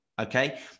Okay